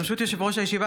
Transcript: ברשות יושב-ראש הישיבה,